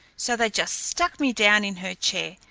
so they just stuck me down in her chair.